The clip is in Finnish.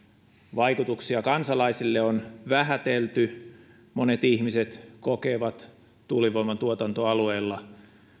vaikutuksia kansalaisille on vähätelty monet ihmiset kokevat tuulivoiman tuotantoalueilla